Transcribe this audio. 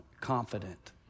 confident